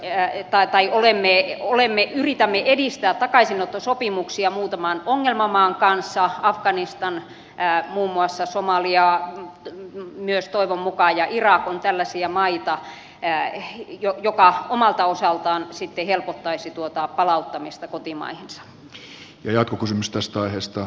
sen lisäksi ministe riössä yritämme edistää takaisinottosopimuksia muutaman ongelmamaan kanssa afganistan muun muassa somalia myös toivon mukaan ja irak ovat tällaisia maita mikä omalta osaltaan sitten helpottaisi tuota palauttamista kotimaihin